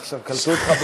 עכשיו קלטו אותך,